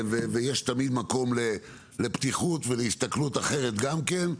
תמיד יש מקום לפתיחות ולהסתכלות אחרת גם.